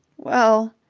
well.